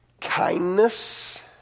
Kindness